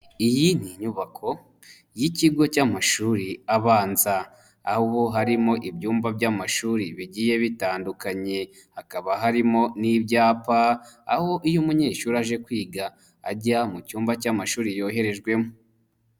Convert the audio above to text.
Iyi ni inyubako y'ikigo cy'amashuri abanza, aho harimo ibyumba by'amashuri bigiye bitandukanye hakaba harimo n'ibyapa aho iyo umunyeshuri aje kwiga ajya mu cyumba cy'amashuri yoherejwemo.